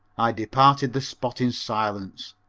i departed the spot in silence.